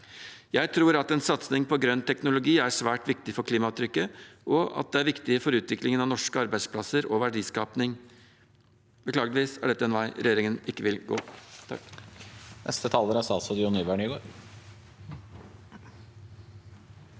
Jeg tror at en satsing på grønn teknologi er svært viktig for klimaavtrykket, og at det er viktig for utviklingen av norske arbeidsplasser og verdiskaping. Beklageligvis er dette en vei regjeringen ikke vil gå.